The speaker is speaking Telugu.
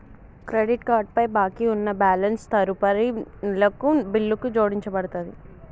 క్రెడిట్ కార్డ్ పై బాకీ ఉన్న బ్యాలెన్స్ తదుపరి నెల బిల్లుకు జోడించబడతది